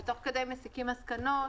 ותוך כדי מסיקים מסקנות,